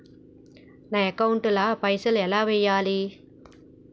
నా అకౌంట్ ల పైసల్ ఎలా వేయాలి?